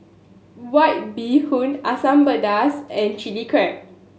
White Bee Hoon Asam Pedas and Chilli Crab